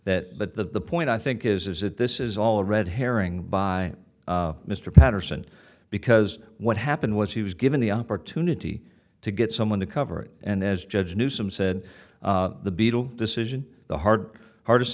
that but the point i think is is that this is all a red herring by mr patterson because what happened was he was given the opportunity to get someone to cover it and as judge newsome said the beetle decision the hard hardest